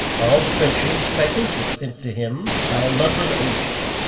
all the french newspapers were sent to him by a london agent.